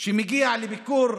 שר שמגיע לביקור,